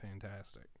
fantastic